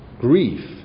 grief